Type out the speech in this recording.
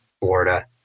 Florida